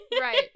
Right